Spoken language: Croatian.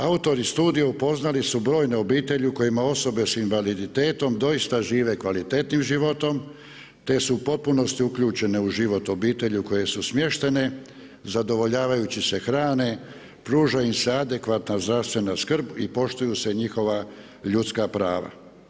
Autori studije upoznali su brojne obitelji u kojima osobe sa invaliditetom doista žive kvalitetnim životom te su u potpunosti uključene u život obitelji u kojoj su smještene, zadovoljavajući se hrane, pruža im se adekvatne zdravstvena skrb i poštuju se njihova ljudska prava.